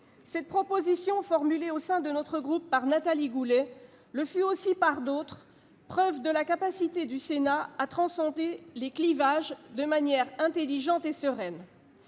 Cette proposition, formulée au sein de notre groupe par Nathalie Goulet, le fut aussi par d'autres, preuve de la capacité du Sénat à transcender les clivages de manière intelligente et sereine.